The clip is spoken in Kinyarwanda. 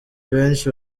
benshi